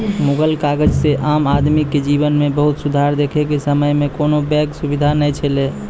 मुगल काजह से आम आदमी के जिवन मे बहुत सुधार देखे के समय मे कोनो बेंक सुबिधा नै छैले